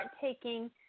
taking